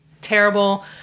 terrible